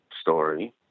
story